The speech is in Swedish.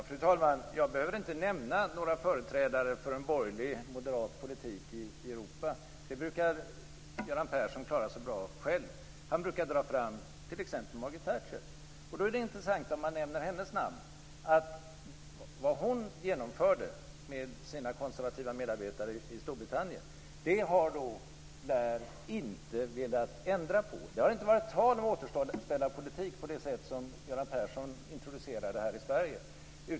Fru talman! Jag behöver inte nämna några företrädare för en borgerlig moderat politik i Europa. Det brukar Göran Persson klara så bra själv. Han brukar t.ex. dra fram Margaret Thatcher. Det intressanta är att vad hon genomförde tillsammans med sina konservativa medarbetare i Storbritannien har Blair inte velat ändra på. Det har inte varit tal om någon återställarpolitik på det sätt som Göran Persson introducerade här i Sverige.